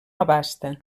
abasta